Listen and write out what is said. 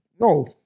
no